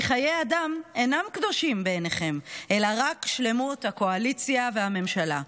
כי חיי אדם אינם קדושים בעיניכם אלא רק שלמות הקואליציה והממשלה.